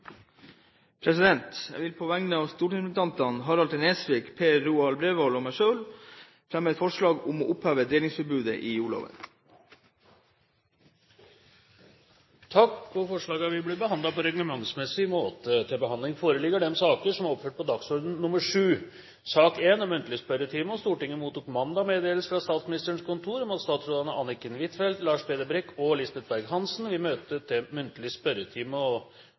Jeg vil på vegne av stortingsrepresentantene Harald T. Nesvik, Per Roar Bredvold og meg selv fremme et forslag om å oppheve delingsforbudet i jordloven. Forslagene vil bli behandlet på reglementsmessig måte. Stortinget mottok mandag meddelelse fra Statsministerens kontor om at statsrådene Anniken Huitfeldt, Lars Peder Brekk og Lisbeth Berg-Hansen vil møte til muntlig spørretime. De annonserte regjeringsmedlemmene er til stede, og